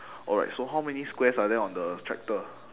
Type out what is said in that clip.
alright so how many squares are there on the tractor